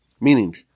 Meaning